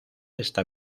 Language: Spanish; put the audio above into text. esta